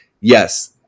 yes